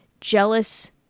jealous